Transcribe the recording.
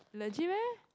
legit meh